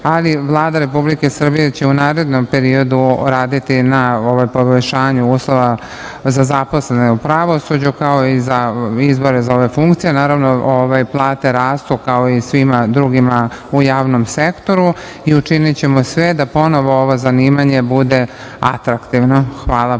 ali Vlada Republike Srbije će u narednom periodu raditi na poboljšanju uslova za zaposlene u pravosuđu, kao i za izbore za ove funkcije. Naravno, plate rastu kao i svima drugima u javnom sektoru i učinićemo sve da ponovo ovo zanimanje bude atraktivno. Hvala